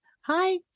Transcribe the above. Hi